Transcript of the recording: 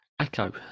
Echo